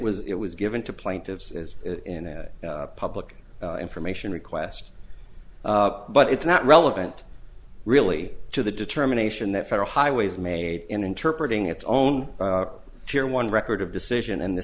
was it was given to plaintiffs as in a public information request but it's not relevant really to the determination that federal highways made in interpret ing its own share one record of decision in the